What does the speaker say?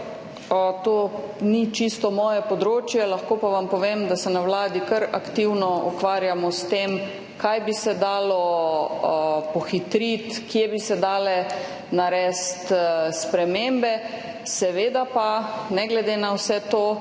to ni čisto moje področje, lahko pa vam povem, da se na vladi kar aktivno ukvarjamo s tem, kaj bi se dalo pohitriti, kje bi se dale narediti spremembe, seveda pa je ne glede na vse to